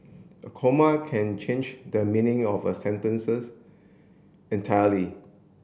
a comma can change the meaning of a sentences entirely